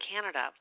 Canada